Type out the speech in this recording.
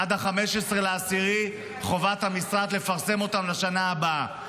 עד 15 באוקטובר חובת המשרד לפרסם אותם לשנה הבאה.